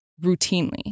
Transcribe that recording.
routinely